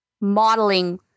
modeling